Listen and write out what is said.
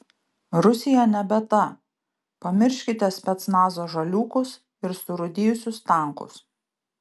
rusija nebe ta pamirškite specnazo žaliūkus ir surūdijusius tankus